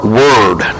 word